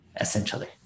essentially